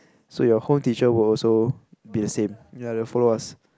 so you home teacher will also be the same ya they will follow us